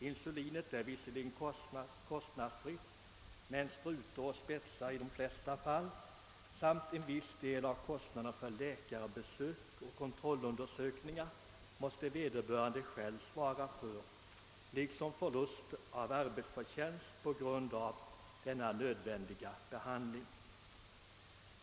Insulinet är visserligen kostnadsfritt, men sprutor och spetsar i de flesta fall samt viss del av kostnaderna för läkarbesök och kontrollundersökningar måste vederbörande själv svara för vartill kommer förlust av arbetsförtjänst på grund av den nödvändiga sjukdomsbehandlingen.